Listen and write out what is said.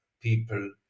people